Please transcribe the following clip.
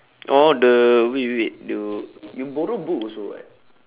oh the wait wait wait the you borrow book also [what]